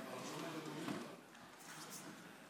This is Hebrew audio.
בבקשה לשבת.